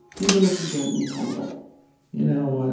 even if you don't intend it you know what?